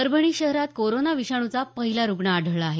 परभणी शहरात कोरोना विषाणूचा पहिला रुग्ण आढळला आहे